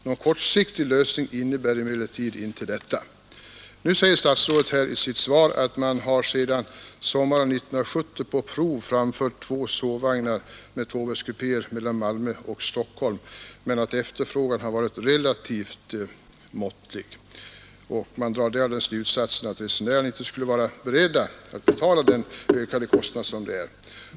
Någon kortsiktig lösning innebär emellertid inte detta.” Statsrådet säger nu i sitt svar att man sedan sommaren 1970 på prov framfört två sovvagnar med tvåbäddskupéer mellan Malmö och Stockholm men att efterfrågan varit relativt måttlig. Man drar därav den slutsatsen att resenärer inte skulle vara beredda att betala den ökade kostnad som det innebär.